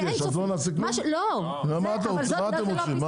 אז מה אתם רוצים?